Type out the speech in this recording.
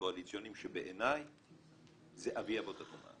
הקואליציוניים שבעיניי זה אבי-אבות הטומאה.